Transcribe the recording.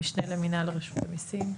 המשנה למינהל רשות המיסים.